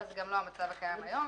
אבל זה גם לא המצב הקיים היום.